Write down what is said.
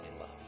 love